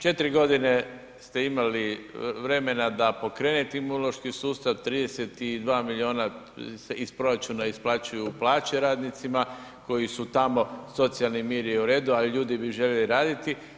4. godine ste imali vremena da pokrenete imunološki sustav, 32 milijuna se iz proračuna isplaćuje u plaće radnicima koji su tamo, socijalni mir je u redu ali ljudi bi željeli raditi.